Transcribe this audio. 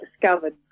discovered